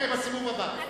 אוקיי, בסיבוב הבא.